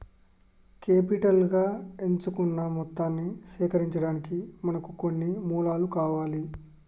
capital గా నిర్ణయించుకున్న మొత్తాన్ని సేకరించడానికి మనకు కొన్ని మూలాలు కావాలి